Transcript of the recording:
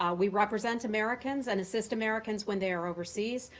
ah we represent americans and assist americans when they are overseas.